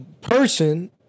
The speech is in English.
person